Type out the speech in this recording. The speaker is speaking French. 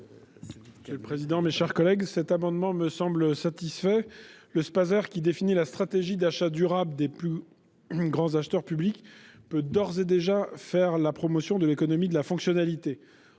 de l'aménagement du territoire ? Cet amendement me semble satisfait. Le Spaser, qui définit la stratégie d'achat durable des plus grands acheteurs publics, peut d'ores et déjà faire la promotion de l'économie de la fonctionnalité.